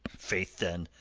faith, then,